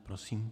Prosím.